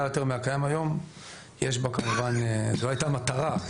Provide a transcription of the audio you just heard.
יותר מהקיים היום - זו הייתה המטרה,